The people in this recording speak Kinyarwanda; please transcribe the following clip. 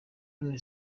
none